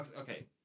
okay